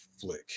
flick